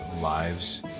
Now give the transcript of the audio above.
lives